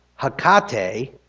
Hakate